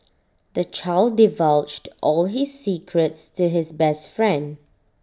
the child divulged all his secrets to his best friend